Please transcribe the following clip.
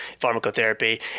pharmacotherapy